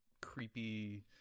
creepy